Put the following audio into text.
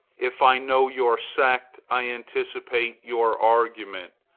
if i know your sect, i anticipate your argument.